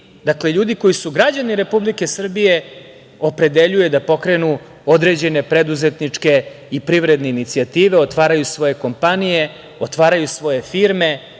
dakle, ljudi koji su građani Republike Srbije opredeljuje da pokrene određene preduzetničke i privredne inicijative, otvaraju svoje kompanije, otvaraju svoje firme,